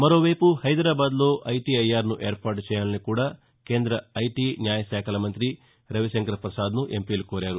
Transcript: మరోవైపు హైదరాబాద్లో ఐటీఐఆర్ను ఏర్పాటు చేయాలని కూడా కేంద్ర ఐటీ న్యాయశాఖల మంత్రి రవిశంకర్ప్రసాద్ను ఎంపీలు కోరారు